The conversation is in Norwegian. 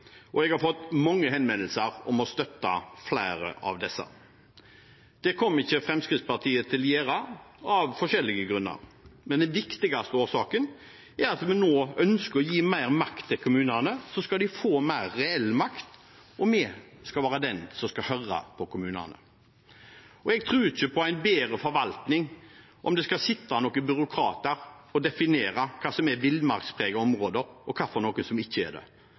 og jeg har fått mange henvendelser om å støtte flere av disse. Det kommer ikke Fremskrittspartiet til å gjøre, av forskjellige grunner. Men den viktigste årsaken er at vi nå ønsker å gi mer makt til kommunene. De skal få mer reell makt, og vi skal være de som skal høre på kommunene. Jeg tror ikke det blir bedre forvaltning om det skal sitte noen byråkrater og definere hva som er villmarkspregede områder, og hva som ikke er det.